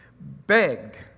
begged